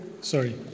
Sorry